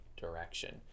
direction